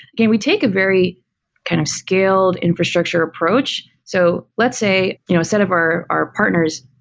again, we take a very kind of scaled infrastructure approach. so let's say, you know a set of our our partners,